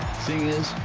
thing is,